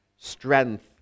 strength